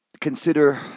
consider